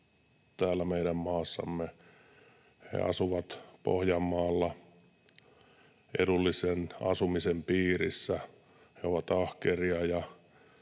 täällä meidän maassamme. He asuvat Pohjanmaalla edullisen asumisen piirissä. He ovat ahkeria,